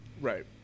Right